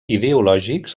ideològics